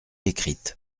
écrite